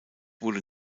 wurde